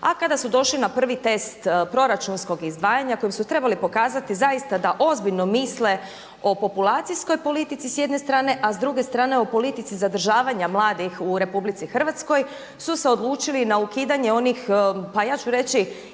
a kada su došli na pravi test proračunskog izdvajanja kojim su trebali pokazati zaista da ozbiljno misle o populacijskoj politici s jedne strane a s druge strane o politici zadržavanja mladih u RH su se odlučili na ukidanje onih pa ja ću reći